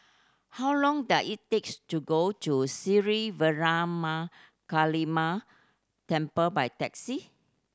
how long does it takes to go to Sri Veeramakaliamman Temple by taxi